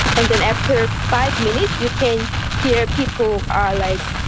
and then after five minutes you can hear people are like.